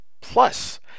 Plus